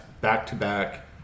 Back-to-back